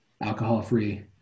alcohol-free